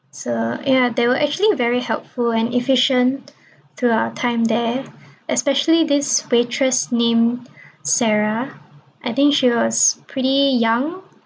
so ya they were actually very helpful and efficient through our time there especially this waitress named sarah I think she was pretty young